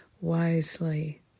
wisely